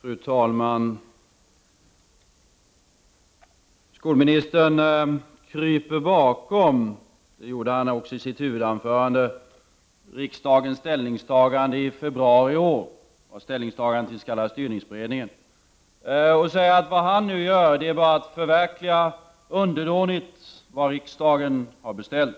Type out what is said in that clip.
Fru talman! Skolministern kryper bakom — det gjorde han också i sitt huvudanförande — riksdagens ställningstagande i februari i år till den s.k. styrningsberedningen. Han säger att vad han nu gör bara är att underdånigt förverkliga vad riksdagen har beställt.